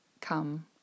come